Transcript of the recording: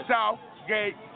Southgate